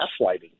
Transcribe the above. gaslighting